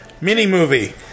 Mini-movie